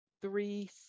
three